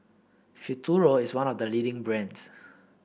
Futuro is one of the leading brands